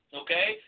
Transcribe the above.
okay